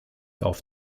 auf